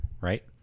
right